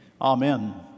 amen